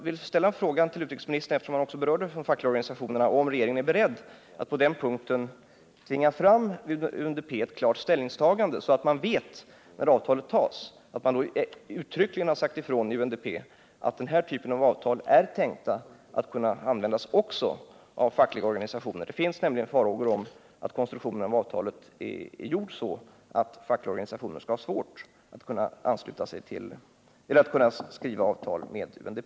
Eftersom utrikesministern också berörde de fackliga organisationerna vill jag fråga utrikesministern om han är beredd att på den punkten tvinga fram ett klart ställningstagande från UNDP, så att man vet när avtalet träffas om det verkligen sagts ifrån att tanken är att den här typen av avtal skall kunna användas av fackliga organisationer. Det finns alltså farhågor för att avtalet getts en sådan konstruktion att fackliga organisationer skall ha svårt att skriva avtal med UNDP.